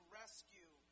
rescue